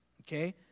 Okay